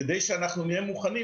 כדי שאנחנו נהיה מוכנים,